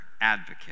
Advocate